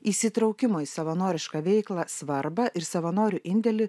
įsitraukimo į savanorišką veiklą svarbą ir savanorių indėlį